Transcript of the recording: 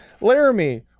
Laramie